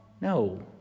No